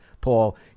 Paul